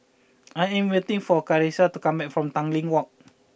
I am waiting for Charissa to come back from Tanglin Walk